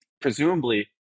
Presumably